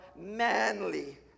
manly